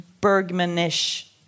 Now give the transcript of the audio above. Bergman-ish